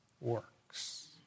works